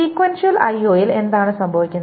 sequential IO Sequential IO ൽ എന്താണ് സംഭവിക്കുന്നത്